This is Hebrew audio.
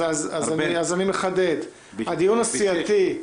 אז אני מחדד: הדיון הסיעתי,